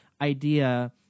idea